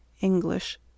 English